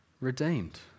redeemed